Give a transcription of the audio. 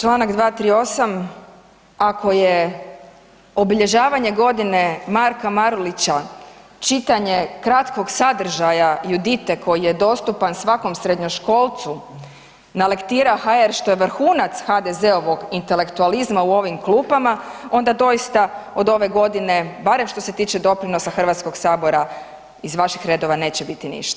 Članak 238., ako je obilježavanje godine Marka Marulića čitanje kratkog sadržaja Judite koji je dostupan svakom srednjoškolcu na lektira.hr što je vrhunac HDZ-ovog intelektualizma u ovim klupama onda doista od ove godine barem što se tiče doprinosa Hrvatskog sabora iz vaših redova neće biti ništa.